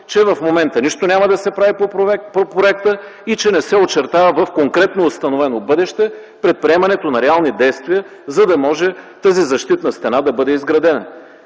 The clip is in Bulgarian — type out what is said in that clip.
че в момента нищо няма да се прави по проекта и че не се очертава в конкретно установено бъдеще предприемането на реални действия, за да може тази защитна стена да бъде изградена.